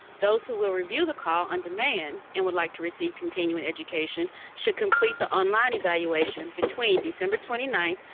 those who will review the call on demand and would like to receive continuing education should complete the online evaluation between december twenty nine,